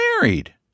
married